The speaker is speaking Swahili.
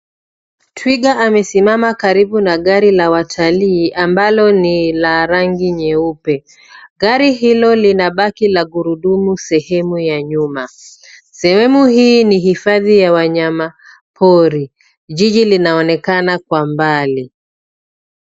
Twiga amesimama karibu na gari la watalii ambalo ni la rangi nyeupe. Gari hilo lina baki la gurudumu sehemu ya nyuma. Sehemu hii ni hifadhi ya wanyamapori. Jiji linaonekana kwa mbali.